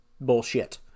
bullshit